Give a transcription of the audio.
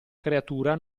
creatura